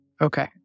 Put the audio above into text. Okay